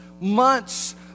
months